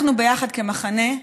אנחנו ביחד, כמחנה,